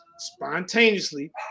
spontaneously